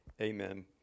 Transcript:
Amen